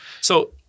So-